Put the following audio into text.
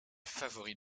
favoris